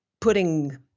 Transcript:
putting